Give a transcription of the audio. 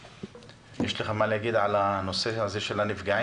יש לך מה להגיד לגבי נושא הנפגעים?